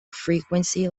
frequency